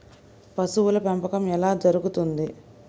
పశువుల పెంపకం ఎలా జరుగుతుంది?